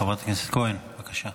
חברת הכנסת כהן, בבקשה.